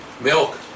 Milk